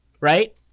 right